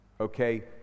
Okay